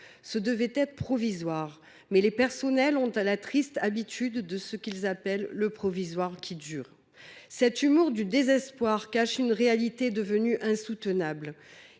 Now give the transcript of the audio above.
Ce devait être provisoire, mais les personnels ont la triste habitude de ce qu’ils appellent « le provisoire qui dure ». Cet humour du désespoir cache une réalité devenue insoutenable.